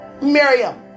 Miriam